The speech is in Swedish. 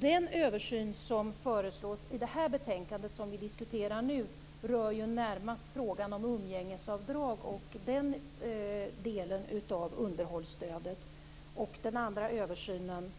Den översyn som föreslås i det betänkande som vi nu diskuterar rör närmast frågan om umgängesavdrag och den delen av underhållsstödet. Den andra översynen